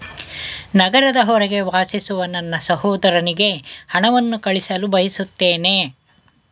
ನಗರದ ಹೊರಗೆ ವಾಸಿಸುವ ನನ್ನ ಸಹೋದರನಿಗೆ ಹಣವನ್ನು ಕಳುಹಿಸಲು ಬಯಸುತ್ತೇನೆ